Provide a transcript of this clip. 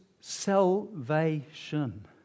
salvation